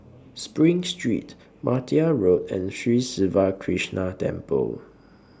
SPRING Street Martia Road and Sri Siva Krishna Temple